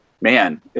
man